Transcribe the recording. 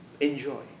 enjoy